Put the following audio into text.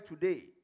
today